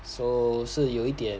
so 是有一点